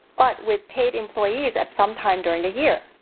but with paid employees at some time during the year.